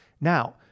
Now